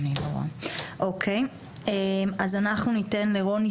אנחנו ניתן לרוני